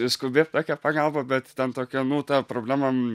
ir skubi tokia pagalba bet ten tokia nu ta problema